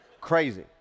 Crazy